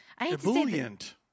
ebullient